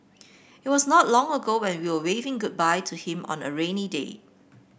it was not long ago when will waving goodbye to him on a rainy day